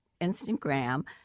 Instagram